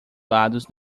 lados